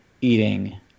eating